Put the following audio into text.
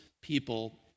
people